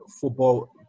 football